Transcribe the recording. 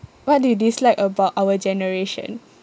what do you dislike about our generation